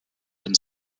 dem